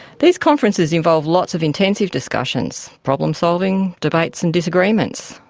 these conferences involve lots of intensive discussions, problem solving, debates and disagreements.